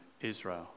Israel